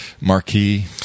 marquee